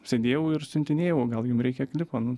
sėdėjau ir siuntinėjau gal jum reikia klipo nu